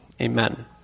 amen